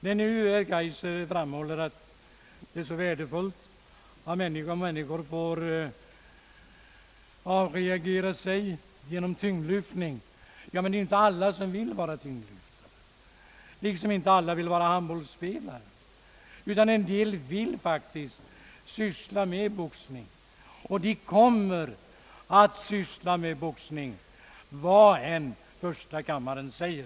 Herr Kaijser framhåller det värdefulla i att somliga människor får avreagera sig genom tyngdlyftning. Men det är ju inte alla som vill vara tyngdlyftare, liksom inte alla vill vara handbollsspelare. En del vill faktiskt sysla med boxning, och de kommer att syssla med boxning, vad än första kammaren säger.